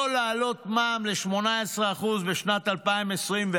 לא להעלות מע"מ ל-18% בשנת 2024,